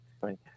Right